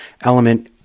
element